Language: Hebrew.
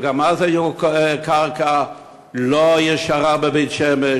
וגם אז הייתה קרקע לא-ישרה בבית-שמש,